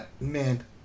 man